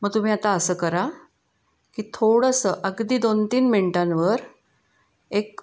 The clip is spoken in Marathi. मग तुम्ही आता असं करा की थोडंसं अगदी दोन तीन मिनटांवर एक